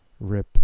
Rip